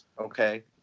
okay